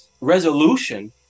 resolution